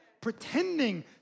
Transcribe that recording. pretending